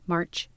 March